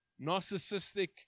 narcissistic